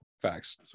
facts